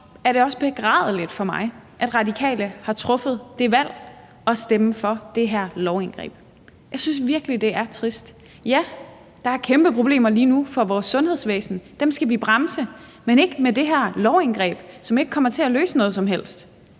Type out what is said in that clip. er det også begrædeligt for mig, at Radikale har truffet det valg at stemme for det her lovindgreb. Jeg synes virkelig, det er trist. Ja, der er kæmpe problemer lige nu for vores sundhedsvæsen, og dem skal vi bremse, men ikke med det her lovindgreb, som ikke kommer til at løse noget som helst,